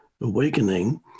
Awakening